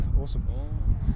Awesome